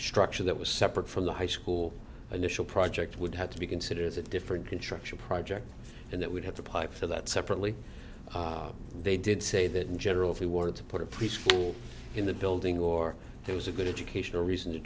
structure that was separate from the high school initial project would have to be considered as a different construction project and it would have to pipe for that separately they did say that in general if you wanted to put a preschool in the building or there was a good educational reason to